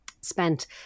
spent